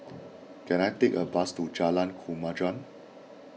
can I take a bus to Jalan Kemajuan